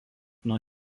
nuo